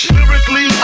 Lyrically